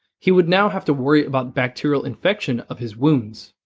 he would now have to worry about bacterial infection of his wounds.